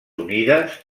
unides